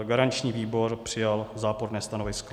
Garanční výbor přijal záporné stanovisko.